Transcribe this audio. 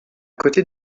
côté